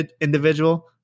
individual